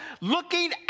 looking